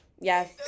Yes